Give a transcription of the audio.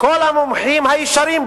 כל המומחים הישרים,